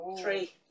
three